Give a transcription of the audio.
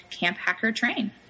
CampHackerTrain